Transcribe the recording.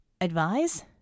Advise